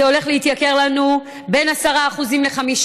זה הולך להתייקר לנו בין 10% ל-15%.